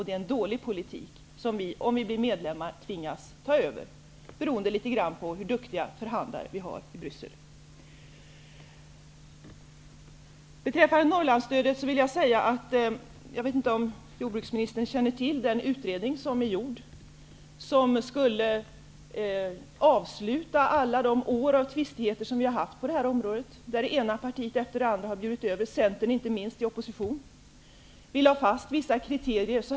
Det är en dålig politik som vi i Sverige, om vi blir medlemmar, tvingas att införa, beroende litet grand på hur duktiga förhandlarna i Jag vet inte om jordbruksministern känner till den utredning som skulle bidra till att avsluta alla år av tvistigheter på det här området, då det ena partiet efter det andra -- inte minst Centern i oppositionsställning -- bjöd över varandra.